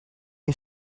you